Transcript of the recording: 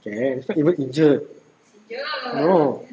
can it's not even injured no